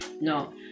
No